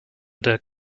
der